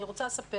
אני רוצה לספר